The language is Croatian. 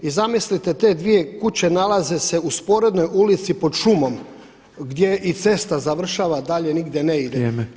I zamislite te dvije kuće nalaze se u sporednoj ulici pod šumom gdje i cesta završava a dalje nigdje ne ide.